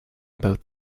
about